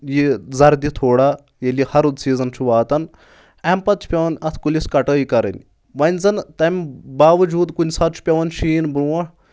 یہِ زردِ تھوڑا ییٚلہِ یہِ ہرُد سیٖزن چھُ واتان اَمہِ پتہٕ چھُ پیٚوان اَتھ کُلِس کٹٲے کَرٕنۍ وۄنۍ زَن تَمہِ باوجوٗد کُنہِ ساتہٕ چھُ پیٚوان شیٖن برونٛٹھ